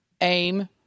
aim